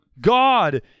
God